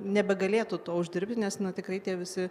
nebegalėtų to uždirbti nes netikri tie visi